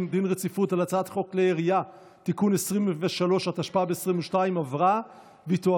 התרבות והספורט בעניין הצעת חוק הארכת השעיה של עובד מדינה ופיטורין של